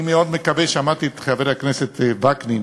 אני מאוד מקווה, שמעתי את חבר הכנסת וקנין,